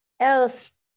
else